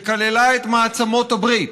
שכללה את מעצמות הברית.